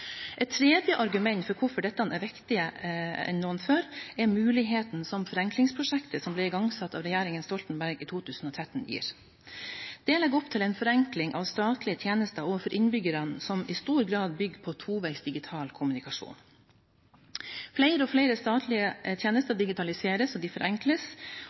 Et tredje argument for hvorfor dette er viktigere nå enn før, er muligheten som forenklingsprosjektet som ble igangsatt av regjeringen Stoltenberg i 2013, gir. Det legger opp til en forenkling av statlige tjenester overfor innbyggerne som i stor grad bygger på toveis digital kommunikasjon. Flere og flere statlige tjenester digitaliseres og forenkles,